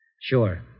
Sure